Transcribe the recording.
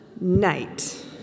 night